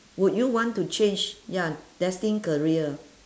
would you want to change ya destined career